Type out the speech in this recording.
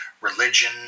religion